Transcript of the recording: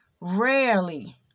rarely